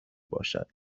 باشد